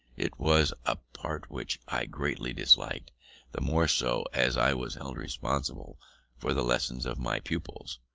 it was a part which i greatly disliked the more so, as i was held responsible for the lessons of my pupils,